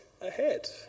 ahead